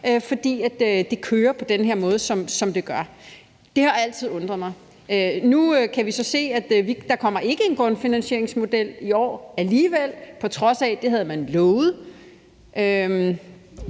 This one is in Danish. fordi det kører på den måde, som det gør. Det har jo altid undret mig. Nu kan vi så se, at der ikke kommer en grundfinansieringsmodel i år alligevel, på trods af at man havde lovet